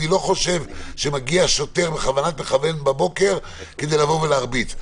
אני לא חושב שמגיע שוטר בכוונת מכוון בבוקר כדי לבוא ולהרביץ,